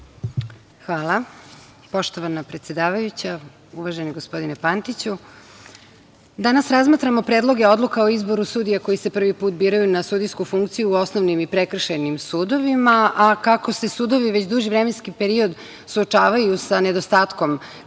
Hvala. Poštovana predsedavajuća, uvaženi gospodine Pantiću, danas razmatramo predloge odluka o izboru sudija koji se prvi put biraju na sudijsku funkciju u osnovnim i prekršajnim sudovima, a kako se sudovi već duži vremenski period suočavaju sa nedostatkom kadrova